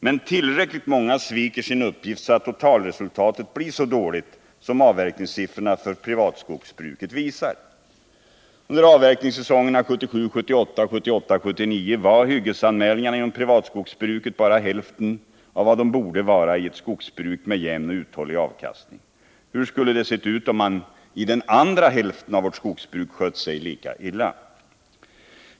Men tillräckligt många sviker sin uppgift, så att totalresultatet blir så dåligt som avverkningssiffrorna för privatskogsbruket visar. Under avverkningssäsongerna 1977-1978 och 1978-1979 var hyggesanmälningarna inom privatskogsbruket bara hälften av vad de borde vara i ett skogsbruk med jämn och uthållig avkastning. Hur skulle det ha sett ut, om man i den andra hälften av vårt skogsbruk skött sig lika illa?